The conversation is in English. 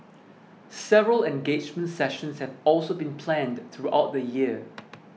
several engagement sessions have also been planned throughout the year